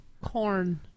Corn